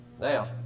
Now